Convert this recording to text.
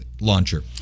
launcher